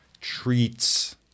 treats